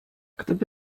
gdyby